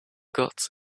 got